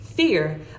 Fear